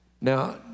Now